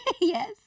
Yes